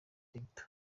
digital